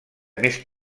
més